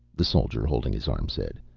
the soldier holding his arm said.